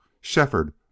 Shefford